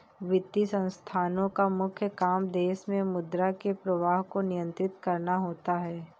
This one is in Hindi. वित्तीय संस्थानोँ का मुख्य काम देश मे मुद्रा के प्रवाह को नियंत्रित करना होता है